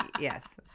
Yes